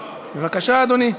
בבקשה, אדוני.